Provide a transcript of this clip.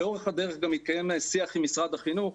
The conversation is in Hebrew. לאורך הדרך גם התקיים שיח עם משרד החינוך,